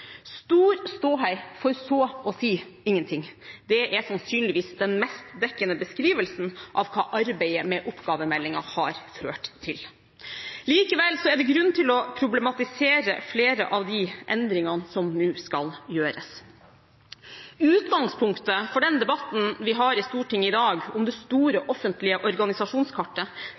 Stor ståhei for så å si ingenting – det er sannsynligvis den mest dekkende beskrivelsen av hva arbeidet med oppgavemeldingen har ført til. Likevel er det grunn til å problematisere flere av de endringene som nå skal gjøres. Utgangspunktet for den debatten vi har i Stortinget i dag om det